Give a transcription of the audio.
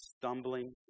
stumbling